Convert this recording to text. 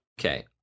Okay